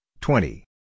twenty